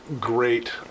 great